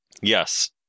Yes